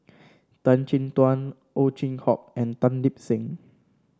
Tan Chin Tuan Ow Chin Hock and Tan Lip Seng